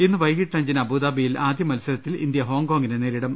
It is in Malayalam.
ഇന്ന് വൈകിട്ട് അഞ്ചിന് അബ്ദാബിയിൽ ആദ്യമത്സരത്തിൽ ഇന്ത്യ ഹോങ്കോങ്ങിനെ നേരിടും